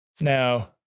now